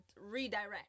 redirect